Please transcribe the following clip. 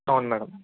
అవును మ్యాడం